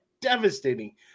devastating